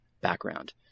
background